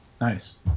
nice